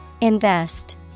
Invest